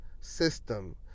system